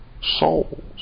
souls